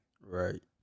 Right